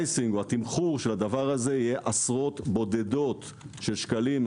התמחור של הדבר הזה יהיה עשרות בודדות של שקלים,